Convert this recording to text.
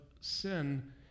sin